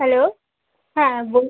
hello হ্যাঁ বলুন